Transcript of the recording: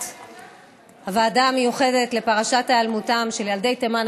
הוועדה המיוחדת לפרשת היעלמותם של ילדי תימן,